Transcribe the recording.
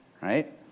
Right